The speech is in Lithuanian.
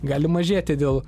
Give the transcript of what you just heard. gali mažėti dėl